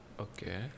Okay